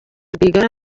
rwigara